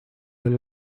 oli